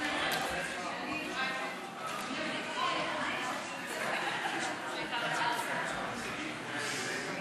חוק שמירת הניקיון (תיקון, איסור הבערת פסולת),